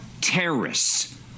terrorists